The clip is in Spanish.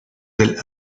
del